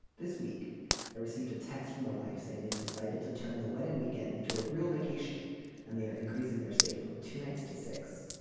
this week i received a text from the wife saying they've decided to turn the wedding weekend into a real vacation and they are increasing their stay from two nights to six.